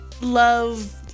love